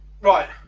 Right